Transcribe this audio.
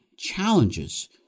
challenges